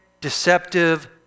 deceptive